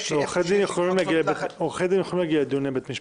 --- עורכי דין כן יכולים להגיע לדיונים בבית המשפט,